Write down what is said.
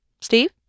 Steve